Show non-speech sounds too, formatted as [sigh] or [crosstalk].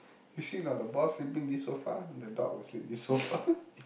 you see or not the boss sleeping this sofa the dog will sleep this sofa [laughs]